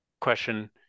question